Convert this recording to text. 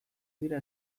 dira